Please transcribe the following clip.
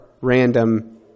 random